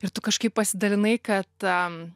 ir tu kažkaip pasidalinai kad a